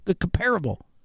comparable